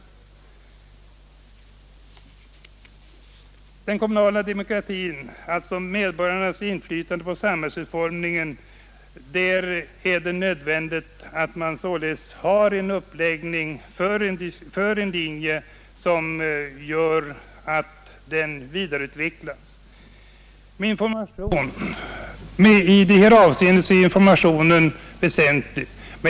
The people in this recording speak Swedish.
För den kommunala demokratin är det nödvändigt att följa en sådan linje att medborgarnas inflytande på samhällets utformning vidareutvecklas. I det avseendet är information väsentlig.